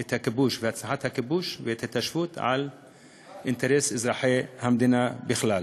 את הכיבוש ואת הנצחת הכיבוש וההתיישבות על אינטרס אזרחי המדינה בכלל.